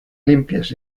limpias